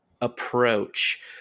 approach